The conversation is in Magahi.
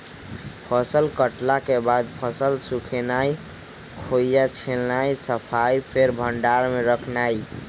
फसल कटला के बाद फसल सुखेनाई, खोइया छिलनाइ, सफाइ, फेर भण्डार में रखनाइ